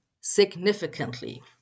significantly